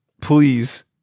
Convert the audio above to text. please